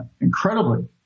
incredibly